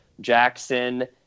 Jackson